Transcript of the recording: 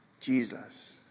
Jesus